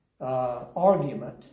argument